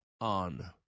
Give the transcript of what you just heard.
on